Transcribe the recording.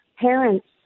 parents